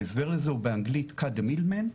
ההסבר לזה הוא באנגלית "Cut the middleman".